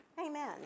amen